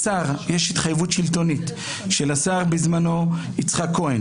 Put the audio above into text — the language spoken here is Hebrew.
יש התחייבות שלטונית של השר בזמנו יצחק כהן,